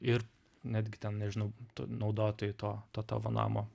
ir netgi ten nežinau tu naudotojai to to tavo namo